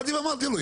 באתי ואמרתי לו,